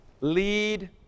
lead